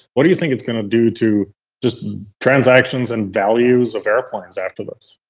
what do you think it's going to do to just transactions and values of airplanes after this?